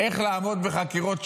איך לעמוד בחקירות שב"כ,